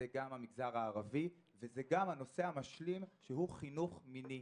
זה גם המגזר הערבי וגם הנושא המשלים חינוך מיני.